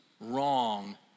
wrong